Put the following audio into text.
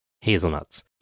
hazelnuts